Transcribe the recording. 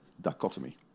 dichotomy